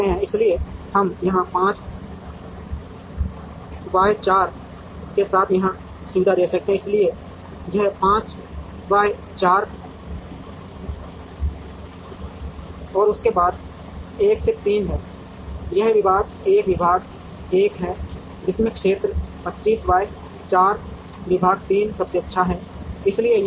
इसलिए हम यहां 5 बाय 4 के साथ यहां सुविधा दे सकते हैं इसलिए यह 5 बाय 4 और उसके बाद 1 से 3 है यह विभाग 1 विभाग 1 है जिसमें क्षेत्र 25 बाय 4 विभाग 3 सबसे अच्छा है इसलिए यहां यह है